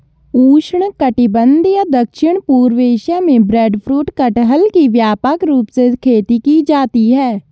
उष्णकटिबंधीय दक्षिण पूर्व एशिया में ब्रेडफ्रूट कटहल की व्यापक रूप से खेती की जाती है